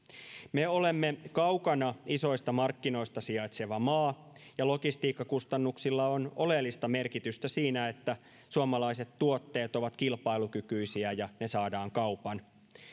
me olemme kaukana isoista markkinoista sijaitseva maa ja logistiikkakustannuksilla on oleellista merkitystä siinä että suomalaiset tuotteet ovat kilpailukykyisiä ja ne saadaan kaupaksi